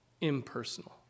Impersonal